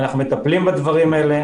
אנחנו מטפלים בדברים האלה,